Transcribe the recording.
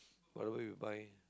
whatever you buy